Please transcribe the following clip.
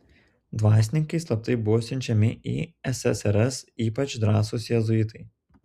dvasininkai slaptai buvo siunčiami į ssrs ypač drąsūs jėzuitai